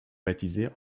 baptisé